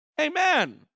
Amen